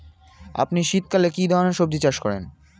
আপনি শীতকালে কী ধরনের সবজী চাষ করেন?